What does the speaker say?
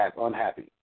unhappy